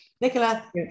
Nicola